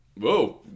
Whoa